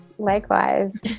Likewise